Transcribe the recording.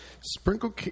Sprinkle